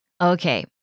Okay